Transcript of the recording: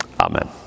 amen